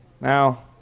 now